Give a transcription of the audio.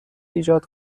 ایجاد